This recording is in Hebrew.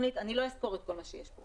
לא אסקור את כל מה שיש בתוכנית.